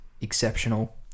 exceptional